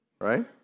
Right